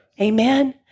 Amen